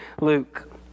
Luke